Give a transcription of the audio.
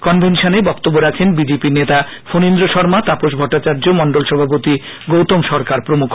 কনভেনশনে বক্তব্য রাখেন বিজেপি নেতা ফনিন্দ্র শর্মা তাপস ভট্টাচার্য মন্ডল সভাপতি গৌতম সরকার প্রমুখ